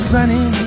Sunny